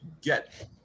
get